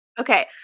Okay